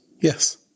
Yes